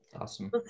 awesome